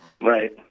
right